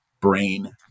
brain